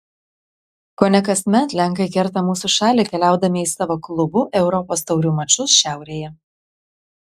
kone kasmet lenkai kerta mūsų šalį keliaudami į savo klubų europos taurių mačus šiaurėje